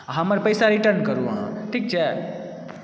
हमर पैसा रिटर्न करू अहाँ ठीक छै